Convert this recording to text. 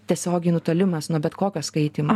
tiesiogiai nutolimas nuo bet kokio skaitymo